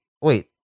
Wait